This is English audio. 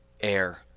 air